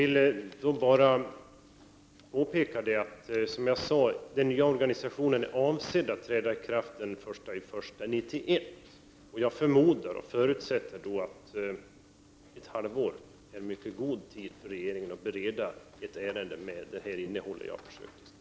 Herr talman! Jag vill då bara påpeka, som jag sade, att den nya organisationen är avsedd att träda i kraft den 1 januari 1991. Jag förmodar och förutsätter att ett halvår är mycket god tid för regeringen att bereda ett ärende med det innehåll jag har försökt att skissera.